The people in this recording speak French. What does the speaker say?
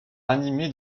animé